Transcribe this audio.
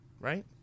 right